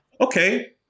Okay